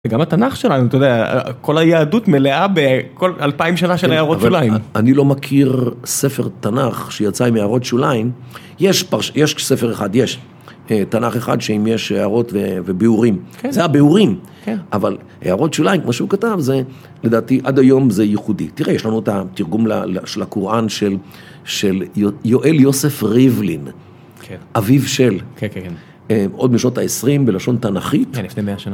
וגם התנ״ך שלנו, אתה יודע, כל היהדות מלאה בכל אלפיים שנה של הערות שוליים. אני לא מכיר ספר תנ״ך שיצא עם הערות שוליים. יש ספר אחד, יש. תנ״ך אחד שאם יש הערות וביאורים. זה הביאורים. אבל הערות שוליים, כמו שהוא כתב, זה לדעתי עד היום זה ייחודי. תראה, יש לנו את התרגום של הקוראן של יואל יוסף ריבלין. אביו של. עוד משנות ה-20 בלשון תנ״כית. כן, לפני מאה שנה